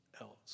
else